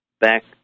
back